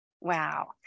Wow